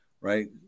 right